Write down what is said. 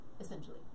essentially